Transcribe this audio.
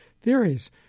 theories